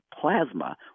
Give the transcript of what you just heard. plasma